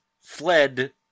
fled